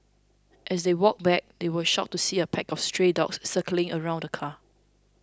as they walked back they were shocked to see a pack of stray dogs circling around the car